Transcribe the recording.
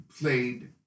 played